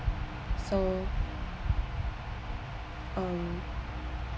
so um